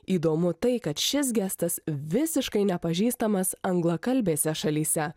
įdomu tai kad šis gestas visiškai nepažįstamas anglakalbėse šalyse